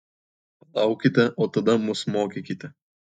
paaukite o tada mus mokykite